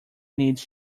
needs